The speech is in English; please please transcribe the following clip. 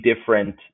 different